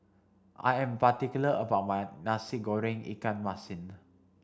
I am particular about my Nasi Goreng Ikan Masin